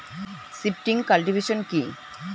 Shifting cultivation কি?